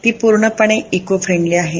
ती पूर्णपणे इकोफ्रेंडली आहे